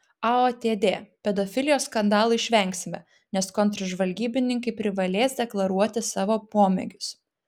aotd pedofilijos skandalų išvengsime nes kontržvalgybininkai privalės deklaruoti savo pomėgius